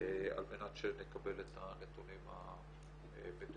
על מנת שנקבל את הנתונים המדויקים.